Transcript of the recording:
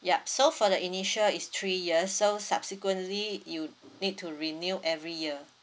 yup so for the initial is three years so subsequently you need to renew every year